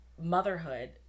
motherhood